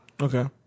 Okay